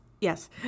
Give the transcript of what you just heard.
yes